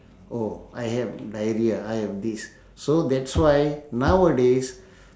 oh I have diarrhoea I have this so that's why nowadays